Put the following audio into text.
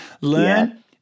Learn